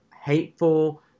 hateful